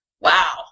Wow